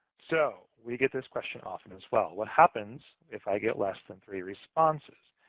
so we get this question often, as well. what happens if i get less than three responses?